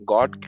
God